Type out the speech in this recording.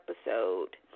episode